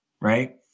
Right